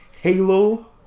Halo